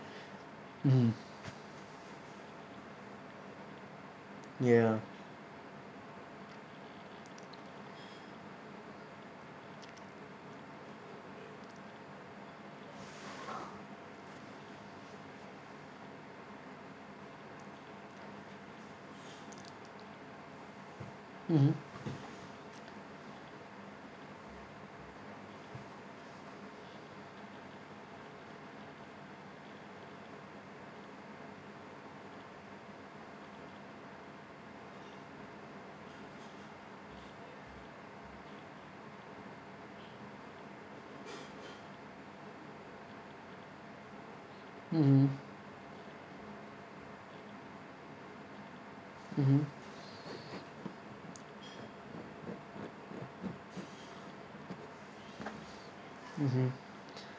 mmhmm ya mmhmm mmhmm mmhmm mmhmm